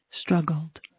struggled